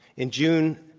in june,